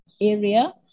area